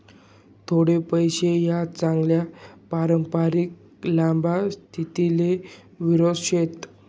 थोडा पैसा या चांगला पारंपरिक लंबा स्थितीले विरुध्द शेत